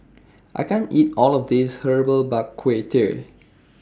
I can't eat All of This Herbal Bak Ku Teh